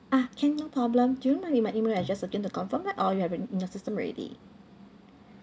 ah can no problem do you need my email email address again to confirm that or you have in in your system ready